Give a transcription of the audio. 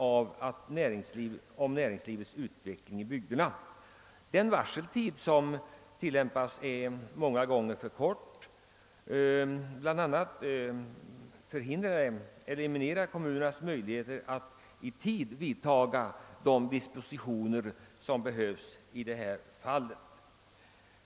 För kommunerna har näringslivets utveckling i bygderna stor betydelse, men genom att bl.a. varseltiden många gånger är så kort, får kommunerna inte möjlighet att vidta nödvändiga dispositioner för att bereda friställda ny sysselsättning.